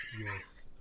Yes